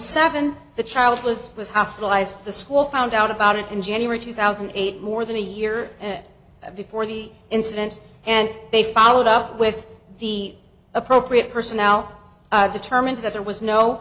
seven the child was was hospitalized the school found out about it in january two thousand and eight more than a year before the incident and they followed up with the appropriate personnel determined that there was no